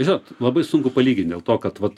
žinot labai sunku palygint dėl to kad vat